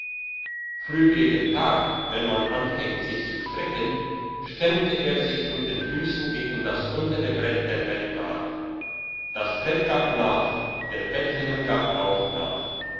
früh gegen tag wenn man anfängt sich zu strecken stemmte er sich mit den füssen gegen das untere brett der bettlade das brett gab nach der betthimmel gab auch nach